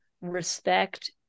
respect